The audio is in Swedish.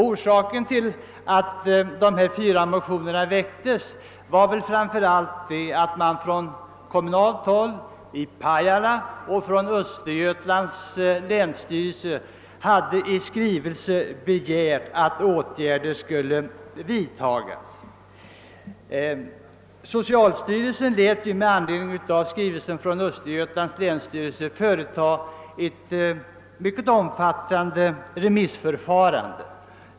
Orsaken till att dessa fyra motioner väcktes var att man framför allt från olika håll — bl.a. från Pajala och Östergötlands länsstyrelse — i skrivelse hade begärt att åtgärder skulle vidtagas. Socialstyrelsen lät med anledning av skrivelsen från Östergötlands länsstyrelse vidtaga ett mycket omfattande remissförfarande.